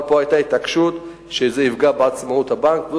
אבל פה היתה התעקשות שזה יפגע בעצמאות הבנק.